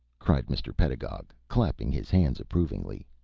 cried mr. pedagog, clapping his hands approvingly.